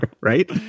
right